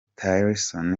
tillerson